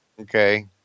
Okay